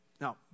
Now